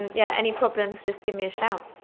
yeah any problems just give me a shout.